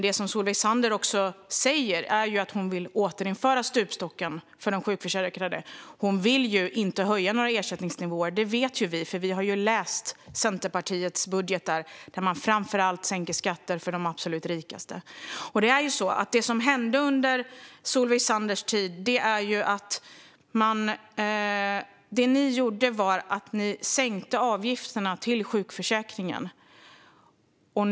Det som Solveig Zander säger är att hon vill återinföra stupstocken för de sjukförsäkrade. Hon vill ju inte höja några ersättningsnivåer. Det vet vi, för vi har läst Centerpartiets budgetar där ni framför allt sänker skatter för de absolut rikaste. Det som hände under Solveig Zanders tid var att ni sänkte avgifterna till sjukförsäkringen.